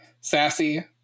sassy